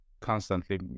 constantly